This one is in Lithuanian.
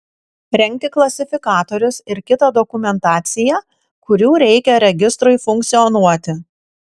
rengti klasifikatorius ir kitą dokumentaciją kurių reikia registrui funkcionuoti